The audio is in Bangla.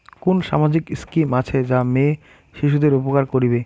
কুন সামাজিক স্কিম আছে যা মেয়ে শিশুদের উপকার করিবে?